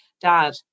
dad